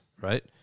right